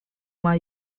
uma